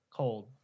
cold